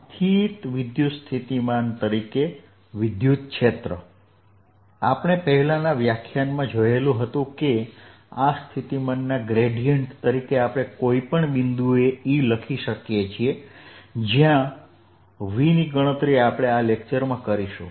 સ્થિત વિદ્યુતસ્થિતિમાન તરીકે વિદ્યુત ક્ષેત્ર આપણે પહેલાનાં વ્યાખ્યાનમાં જોયું હતું કે આ સ્થિતિમાનના ગ્રેડીયેંટ તરીકે આપણે કોઈપણ બિંદુએ E લખી શકીએ છીએ જ્યાં V ની ગણતરી આપણે આ લેક્ચરમાં કરીશું